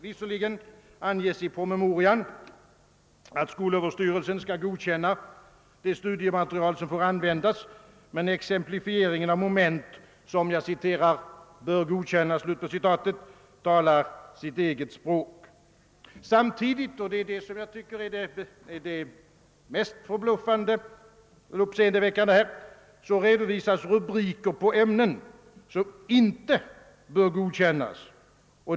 Visserligen anges i promemorian att skolöverstyrelsen skall godkänna det studiematerial som får användas, men exemplifieringen av moment som »bör godkännas« talar sitt eget språk. Samtidigt — och det är kanske det mest uppseendeväckande på denna punkt — redovisas rubriker på ämnen som inte bör godkännas.